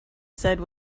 said